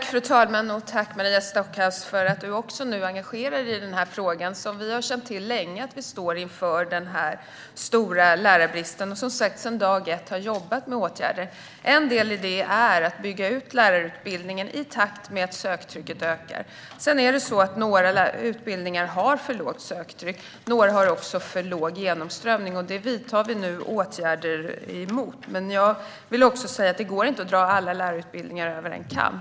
Fru talman! Tack, Maria Stockhaus, för att du också engagerar dig i frågan. Vi har länge känt till att vi står inför denna stora lärarbrist, och vi har från dag ett jobbat med åtgärder. En del är att bygga ut lärarutbildningen i takt med att söktrycket ökar. Några utbildningar har för lågt söktryck. Några har också för låg genomströmning. Vi vidtar nu åtgärder mot detta. Det går inte att dra alla lärarutbildningar över en kam.